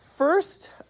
First